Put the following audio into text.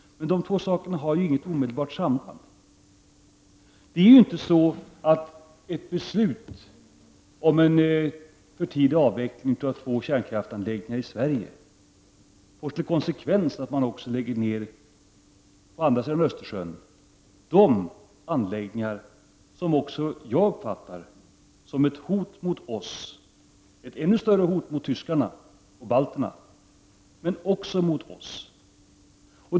Men de två sakerna har ju inget omedelbart samband. Det är inte så att ett beslut om en förtida avveckling av två kärnkraftsanläggningar i Sverige får den konsekvensen att man på andra sidan om Östersjön lägger ned de anläggningar som också jag uppfattar som ett hot mot oss men som ett ännu större hot mot tyskarna och balterna.